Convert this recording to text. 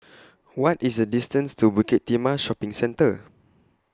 What IS The distance to Bukit Timah Shopping Centre